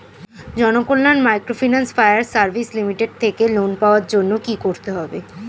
Janakalyan microfinance fire service limited থেকে loan পাওয়ার জন্য কি করতে হবে?